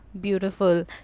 Beautiful